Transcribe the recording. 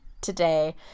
today